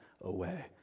away